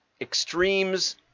extremes